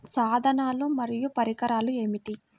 సాధనాలు మరియు పరికరాలు ఏమిటీ?